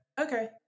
okay